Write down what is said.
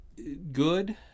Good